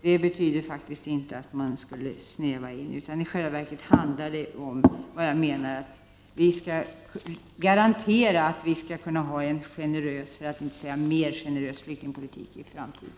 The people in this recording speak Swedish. Det betyder faktiskt inte att man strävar mot en snävare flyktingpolitik, i själva verket handlar det om att vi skall garantera en generös, för att inte säga en mer generös, flyktingpolitik i framtiden.